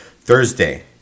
Thursday